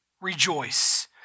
rejoice